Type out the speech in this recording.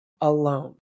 alone